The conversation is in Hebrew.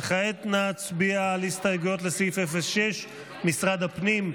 וכעת נצביע על הסתייגויות לסעיף 06, משרד הפנים,